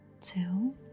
two